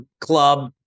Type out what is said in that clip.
club